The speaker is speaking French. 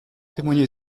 témoigné